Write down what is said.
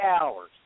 hours